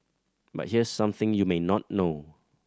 but here's something you may not know